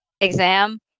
exam